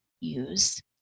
use